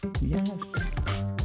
Yes